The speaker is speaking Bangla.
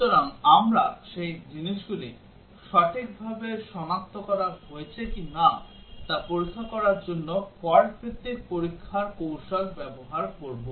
সুতরাং আমরা সেই জিনিসগুলি সঠিকভাবে সনাক্ত করা হয়েছে কিনা তা পরীক্ষা করার জন্য ফল্ট ভিত্তিক পরীক্ষার কৌশল ব্যবহার করব